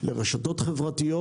לרשתות חברתיות.